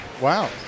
Wow